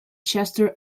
chester